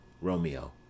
Romeo